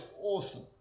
awesome